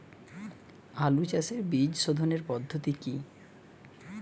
আলু চাষের বীজ সোধনের পদ্ধতি কি?